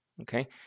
okay